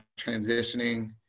transitioning